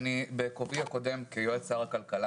בכובעי הקודם כיועץ שר הכלכלה